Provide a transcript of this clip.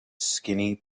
skinny